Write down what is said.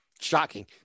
Shocking